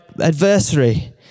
adversary